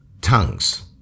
tongues